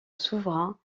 souverain